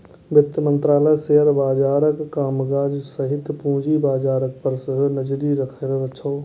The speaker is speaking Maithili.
वित्त मंत्रालय शेयर बाजारक कामकाज सहित पूंजी बाजार पर सेहो नजरि रखैत छै